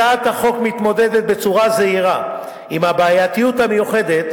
הצעת החוק מתמודדת בצורה זהירה עם הבעייתיות המיוחדת